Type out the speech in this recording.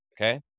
Okay